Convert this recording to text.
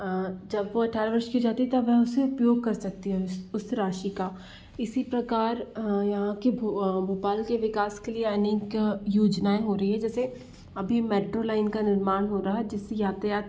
जब वो अठारह वर्ष की हो जाती है तब वह उसे उपयोग कर सकती है उस राशि का इसी प्रकार यहाँ की भोपाल के विकास के लिए अनेक योजनाएं हो रही है जैसे अभी मेट्रो लाइन का निर्माण होगा जिससे यातायात